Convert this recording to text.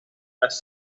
las